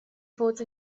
fod